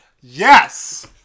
Yes